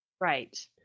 Right